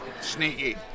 sneaky